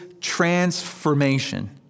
transformation